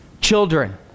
Children